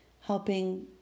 helping